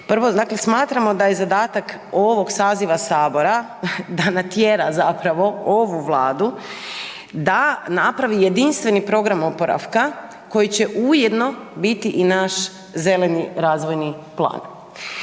dakle smatramo da je zadatak ovog saziva Sabora da natjera zapravo ovu Vladu da napravi jedinstveni program oporavka koji će ujedno biti i naš zeleni razvojni plan.